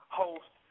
host